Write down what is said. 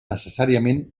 necessàriament